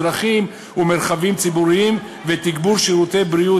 דרכים ומרחבים ציבוריים ותגבור שירותי בריאות,